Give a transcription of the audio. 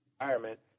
environment